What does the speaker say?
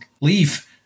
leave